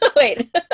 wait